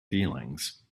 feelings